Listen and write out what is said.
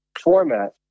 format